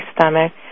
stomach